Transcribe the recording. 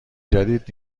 جدید